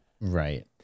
right